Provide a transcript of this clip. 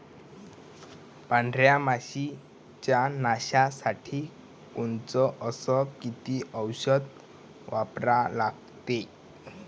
पांढऱ्या माशी च्या नाशा साठी कोनचं अस किती औषध वापरा लागते?